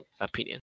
opinion